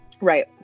Right